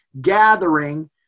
gathering